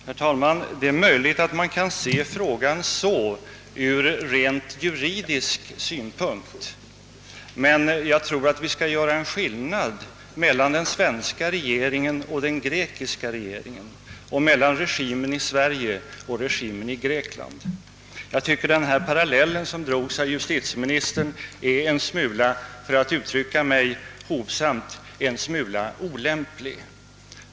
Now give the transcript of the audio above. Herr talman! Det är möjligt att man kan se frågan så från rent juridisk synpunkt, men jag tror att vi skall göra skillnad mellan regimen i Sverige och regimen i Grekland. Den parallell som justitieministern drog finner jag — för att uttrycka mig hovsamt — en smula olämplig.